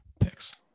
picks